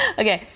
okay,